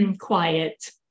quiet